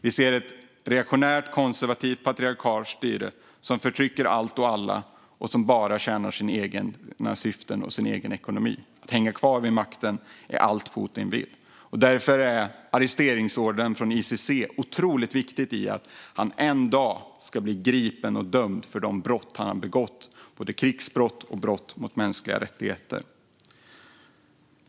Vi ser ett reaktionärt, konservativt och patriarkalt styre som förtrycker allt och alla och som bara tjänar sina egna syften och sin egen ekonomi. Att hänga kvar vid makten är allt Putin vill. Därför är arresteringsordern från ICC otroligt viktig. En dag ska han bli gripen och dömd för de brott han begått, både krigsbrott och brott mot mänskliga rättigheter.